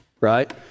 right